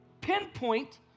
pinpoint